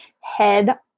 head